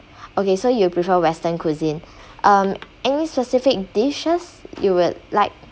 okay so you prefer western cuisine um any specific dishes you would like